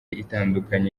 itandukanye